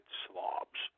slobs